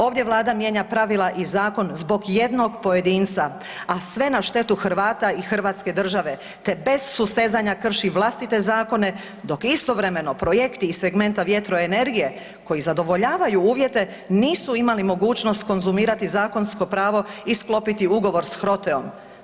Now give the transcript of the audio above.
Ovdje vlada mijenja pravila i zakon zbog jednog pojedinca, a sve na štetu Hrvata i hrvatske države, te bez sustezanja krši vlastite zakone dok istovremeno projekti iz segmenta vjetroenergije koji zadovoljavaju uvjete nisu imali mogućnost imali konzumirati zakonsko pravo i sklopiti ugovor s HROTE-om.